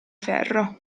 ferro